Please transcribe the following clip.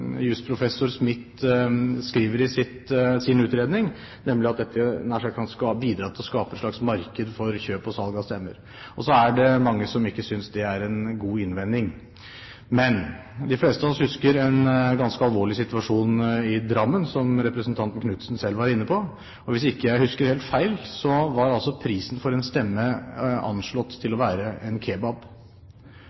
jusprofessor Eivind Smith skriver i sin utredning, nemlig at dette nær sagt kan bidra til å skape et slags marked for kjøp og salg av stemmer. Og så er det mange som ikke synes det er en god innvending. Men de fleste av oss husker en ganske alvorlig situasjon i Drammen, som representanten Ulf Erik Knudsen selv var inne på, og hvis jeg ikke husker helt feil, var altså prisen for en stemme anslått til